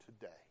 today